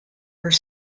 are